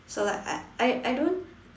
like I I I don't